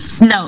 No